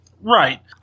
Right